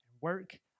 work